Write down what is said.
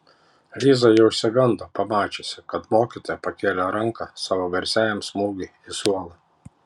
liza jau išsigando pamačiusi kad mokytoja pakėlė ranką savo garsiajam smūgiui į suolą